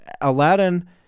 Aladdin